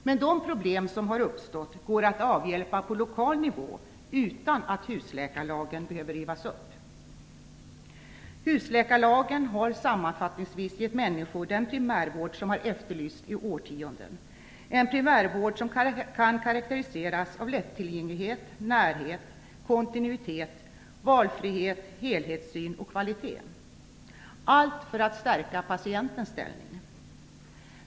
Men de problem som har uppstått går att avhjälpa på lokal nivå utan att husläkarlagen behöver rivas upp. Husläkarlagen har sammanfattningsvis gett människor den primärvård som har efterlysts i årtionden; en primärvård som karakteriseras av lättillgänglighet, närhet, kontinuitet, valfrihet, helhetssyn och kvalitet, allt för att stärka patientens ställning.